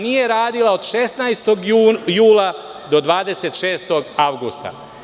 Nije radila od 16. jula do 26. avgusta.